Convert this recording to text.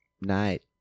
Night